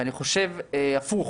אני חושב הפוך.